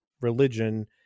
religion